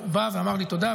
הוא בא ואמר לי תודה,